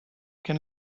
can